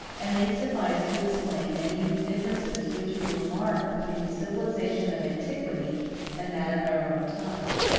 and they suffice to explain many of the differences which we remark between the civilization of antiquity and that of our own time.